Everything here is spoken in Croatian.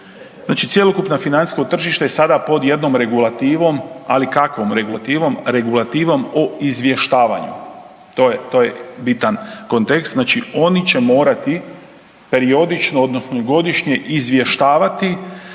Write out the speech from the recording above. znači cjelokupno financijsko tržište je sada pod jednom regulativom, ali kakvom regulativom? Regulativom o izvještavanju. To je, to je bitan kontekst. Znači oni će morati periodično odnosno godišnje izvještavati